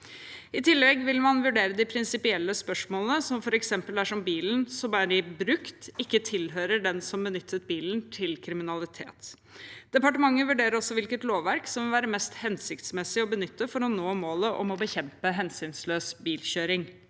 I tillegg vil man vurdere de prinsipielle spørsmålene, f.eks. dersom bilen som har blitt brukt, ikke tilhører den som benyttet bilen til kriminalitet. Departementet vurderer også hvilket lovverk det vil være mest hensiktsmessig å benytte for å nå målet om å bekjempe hensynsløs bilkjøring.